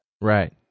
Right